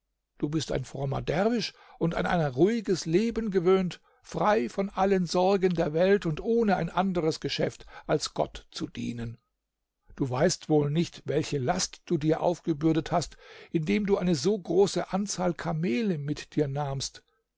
du bist ein frommer derwisch und an ein ruhiges leben gewöhnt frei von allen sorgen der welt und ohne ein anderes geschäft als gott zu dienen du weißt wohl nicht welche last du dir aufgebürdet hast indem du eine so große anzahl kamele mit dir nahmst